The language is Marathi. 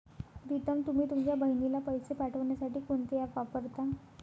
प्रीतम तुम्ही तुमच्या बहिणीला पैसे पाठवण्यासाठी कोणते ऍप वापरता?